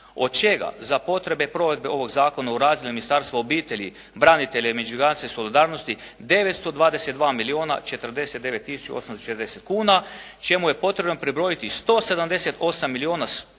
od čega za potrebe provedbe ovoga zakona u …/Govornik se ne razumije./… Ministarstvo obitelji, branitelja i međugeneracijske solidarnosti 922 milijuna 49 tisuća 840 kuna čemu je potrebno pribrojiti 178 milijuna